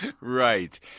right